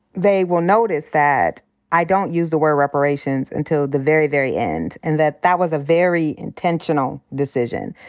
they will notice that i don't use the word reparations until the very, very end, and that that was a very intentional decision.